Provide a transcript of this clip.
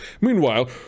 Meanwhile